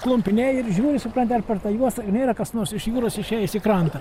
klumpyne ir žiūri supranti ar per tą juostą nėra kas nors iš jūros išėjęs į krantą